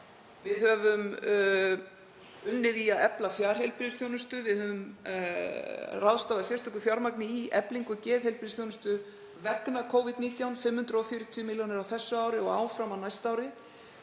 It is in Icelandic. Við höfum unnið í að efla fjarheilbrigðisþjónustu. Við höfum ráðstafað sérstöku fjármagni í eflingu geðheilbrigðisþjónustu vegna Covid-19, 540 milljónir á þessu ári og áfram á næsta ári.